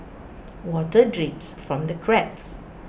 water drips from the cracks